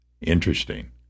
Interesting